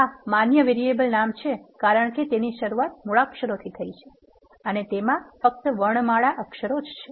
આ માન્ય વેરીએબલ નામ છે કારણ કે તેની શરૂઆત મૂળાક્ષરોથી થઈ છે અને તેમાં ફક્ત વર્ણમાળા અક્ષરો છે